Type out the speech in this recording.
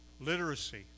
literacy